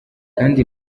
kandi